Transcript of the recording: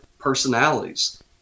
personalities